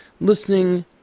listening